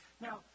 Now